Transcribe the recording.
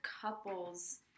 couples